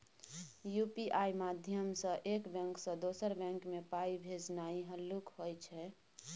UPI माध्यमसँ एक bank सँ दोसर बैंक मे पाइ भेजनाइ हल्लुक होइ छै